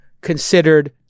considered